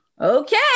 okay